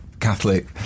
Catholic